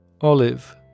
Olive